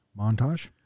Montage